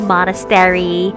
Monastery